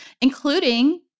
including